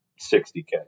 60K